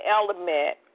Element